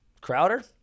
Crowder